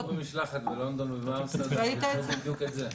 היינו במשלחת בלונדון ובאמסטרדם וראינו בדיוק את זה.